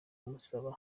kumusaba